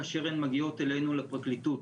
כאשר הן מגיעות אלינו לפרקליטות,